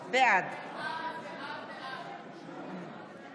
בעד ניר ברקת, בעד יאיר גולן, נגד מאי גולן,